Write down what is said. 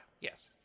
Yes